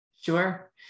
Sure